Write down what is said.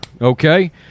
okay